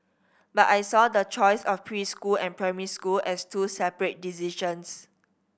but I saw the choice of preschool and primary school as two separate decisions